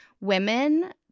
women